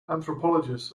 anthropologists